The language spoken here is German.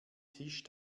tisch